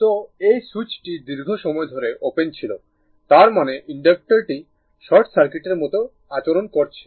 তো এই সুইচটি দীর্ঘ সময় ধরে ওপেন ছিল মানে ইনডাক্টরটি শর্ট সার্কিটের মতো আচরণ করছে